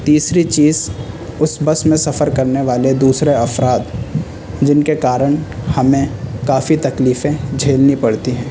تیسری چیز اس بس میں سفر کرنے والے دوسرے افراد جن کے کارن ہمیں کافی تکلیفیں جھیلنی پڑتی ہیں